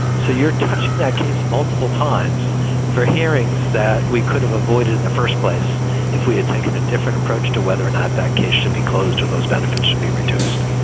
so you're touching that case multiple times for hearings that we could have avoided in the first place if we had taken a different approach to whether or not that case should be closed or those benefits should be reduced.